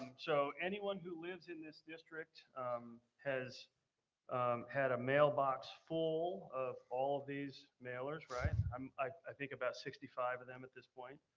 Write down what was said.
so anyone who lives in this district has had a mailbox full of all of these mailers, um i think about sixty five of them at this point.